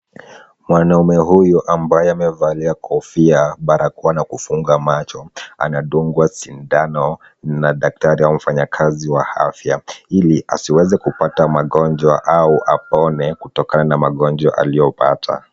Mwanaume huyu ambaye amevalia kofia barakoa na kufunga macho, anadungwa sindano na daktari ama mfanya kazi wa afya ili asiweze kupata magonjwa au apone kutokana na magonjwa aliyopata.